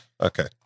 Okay